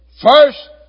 First